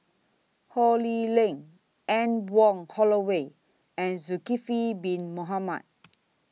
Ho Lee Ling Anne Wong Holloway and Zulkifli Bin Mohamed